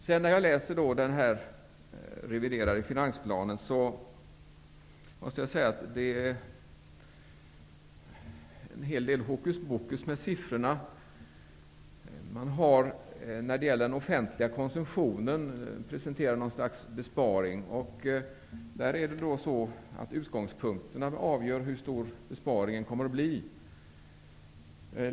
Efter att ha läst i den reviderade finansplanen måste jag säga att det förekommer en hel del hokuspokus med siffrorna. När det gäller den offentliga konsumtionen presenterar man något slags besparing. Utgångspunkterna avgör hur stor besparingen kommer att bli.